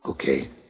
Okay